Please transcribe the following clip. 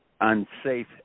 Unsafe